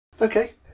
Okay